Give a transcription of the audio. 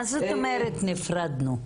מה זאת אומרת 'נפרדנו'?